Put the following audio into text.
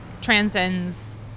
transcends